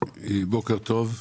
בוקר טוב.